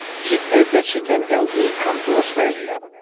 she said that she can help me come to australia,